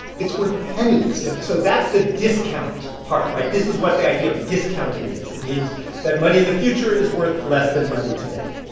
it's worth pennies yeah so that's the discount part, right? this is what the idea of discounting is. it means that money in the future is worth less than money today.